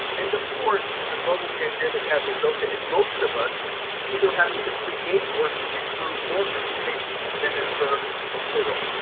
and of course, the global pandemic has resulted in most of us either having to create or sit through more presentations than ever before.